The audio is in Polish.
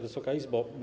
Wysoka Izbo!